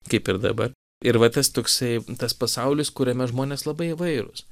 kaip ir dabar ir va tas toksai tas pasaulis kuriame žmonės labai įvairūs